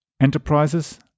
enterprises